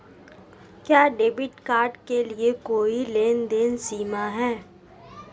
क्या debit card के लिए कोई लेनदेन सीमा है?